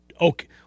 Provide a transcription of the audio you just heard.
okay